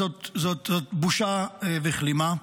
זאת בושה וכלימה.